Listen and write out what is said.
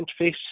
interface